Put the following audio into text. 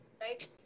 Right